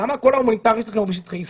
למה כל ההומניטרי שלכם הוא בשטחי C?